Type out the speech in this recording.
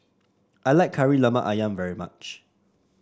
I like Kari Lemak ayam very much